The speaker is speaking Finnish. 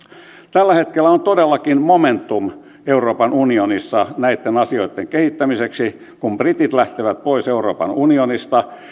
tällä hetkellä on todellakin momentum euroopan unionissa näitten asioitten kehittämiseksi kun britit lähtevät pois euroopan unionista